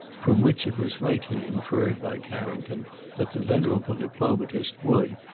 from which it was rightly inferred by carrington that the venerable diplomatist would,